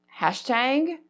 hashtag